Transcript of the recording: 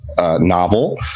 Novel